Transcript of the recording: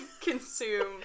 consume